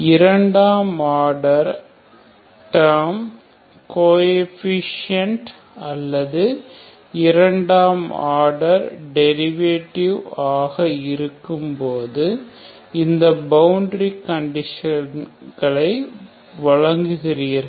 இரண்டாம் order term coefficient அல்லது இரண்டாம் ஆர்டர் டெரிவேட்டிவ் ஆக இருக்கும்போது இந்த பவுண்டரி கண்டிஷனை வழங்குகிறீர்கள்